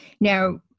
Now